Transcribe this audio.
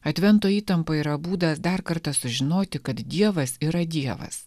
advento įtampa yra būdas dar kartą sužinoti kad dievas yra dievas